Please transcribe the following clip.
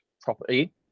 property